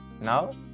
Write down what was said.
Now